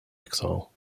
exile